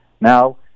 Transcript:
now